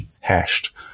hashed